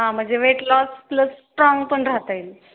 हां म्हणजे weight loss plus strong पण राहता येईल